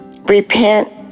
repent